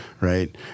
right